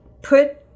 put